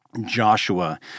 Joshua